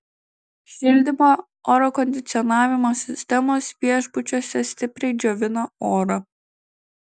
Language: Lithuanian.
šildymo oro kondicionavimo sistemos viešbučiuose stipriai džiovina orą